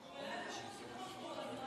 הוא גם העלה את זה בחוץ וביטחון כל הזמן,